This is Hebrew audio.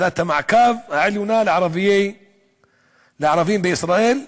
ועדת המעקב העליונה לערבים בישראל,